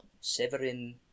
Severin